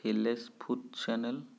village food channel